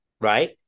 right